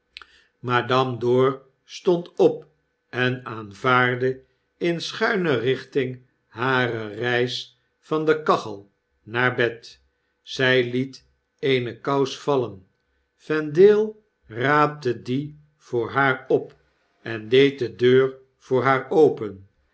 madame dor stond op en aanvaardde in schuine richting hare reis van de kachel naar bed zy liet eene kous vallen vendale raapte die voor haar op en deed de deur voor haar open